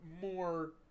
more